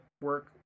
work